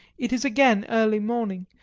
it is again early morning,